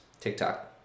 TikTok